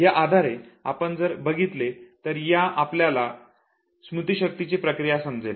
या आधारे आपण जर बघितले तर आपल्याला स्मृतीशक्तीची प्रक्रिया समजेल